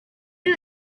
you